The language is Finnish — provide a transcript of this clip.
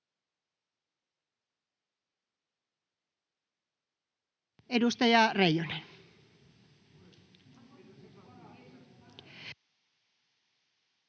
Edustaja Reijonen.